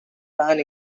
band